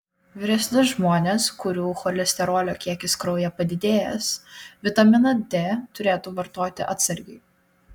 vyresni žmonės kurių cholesterolio kiekis kraujyje padidėjęs vitaminą d turėtų vartoti atsargiai